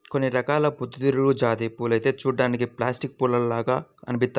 కొన్ని రకాల పొద్దుతిరుగుడు జాతి పూలైతే చూడ్డానికి ప్లాస్టిక్ పూల్లాగా అనిపిత్తయ్యి